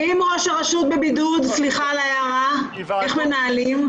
אם ראש הרשות בבידוד, איך מנהלים?